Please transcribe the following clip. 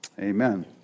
amen